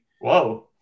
whoa